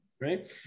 right